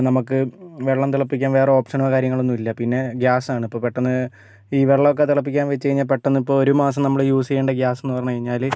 നമുക്ക് വെള്ളം തിളപ്പിക്കാൻ വേറെ ഓപ്ഷനോ കാര്യങ്ങളൊന്നും ഇല്ല പിന്നെ ഗ്യാസാണ് ഇപ്പോൾ പെട്ടെന്ന് ഈ വെള്ളമൊക്കെ തിളപ്പിക്കാൻ വെച്ച് കഴിഞ്ഞാൽ പെട്ടെന്നിപ്പോൾ ഒരു മാസം നമ്മൾ യൂസ് ചെയ്യേണ്ട ഗ്യാസ് എന്ന് പറഞ്ഞു കഴിഞ്ഞാൽ